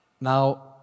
Now